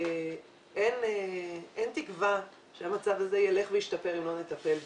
אין תקווה שהמצב הזה ילך וישתפר אם לא נטפל בו,